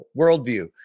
worldview